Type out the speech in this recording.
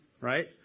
right